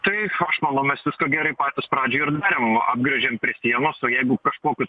tai aš manau mes viską gerai patys pradžioj ir darėm apgręžiam prie sienos o jeigu kažkokiu